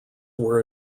were